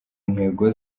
ntego